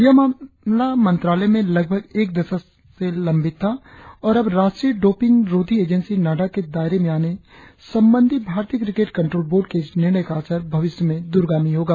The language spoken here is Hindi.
यह मामला मंत्रालय में लगभग एक दशक से लंबित था और अब राष्ट्रीय डोपिंग रोधी एजेंसी नाडा के दायरे में आने संबंधी भारतीय क्रिकेट कंट्रोल बोर्ड के इस निर्णय का असर भविष्य में दूरगामी होगा